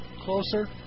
closer